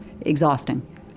Exhausting